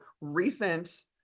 recent